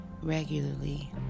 regularly